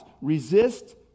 Resist